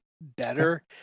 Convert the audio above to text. better